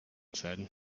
said